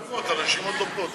אנשים עוד לא פה.